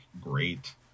great